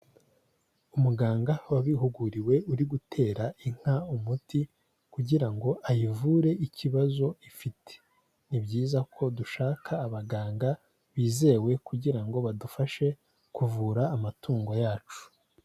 Umuganga wabihuguriwe uri gutera inka umuti kugira ngo ayivure ikibazo ifite. Ni byiza ko dushaka abaganga bizewe kugira ngo badufashe kuvura amatungo yacu.